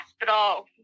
hospital